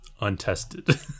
Untested